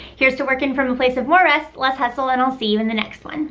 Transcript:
here's to working from a place of more rest, less hustle, and i'll see you in the next one.